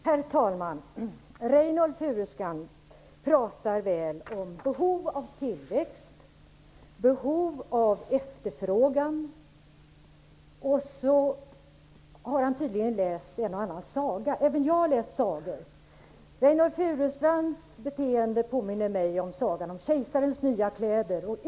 Herr talman! Reynoldh Furustrand pratar väl om behov av tillväxt och behov av efterfrågan. Dessutom har han tydligen läst en och annan saga. Även jag har läst sagor. Reynoldh Furustrands beteende påminner mig om sagan Kejsarens nya kläder.